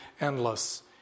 endless